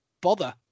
bother